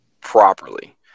properly